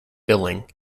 billing